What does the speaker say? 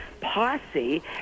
posse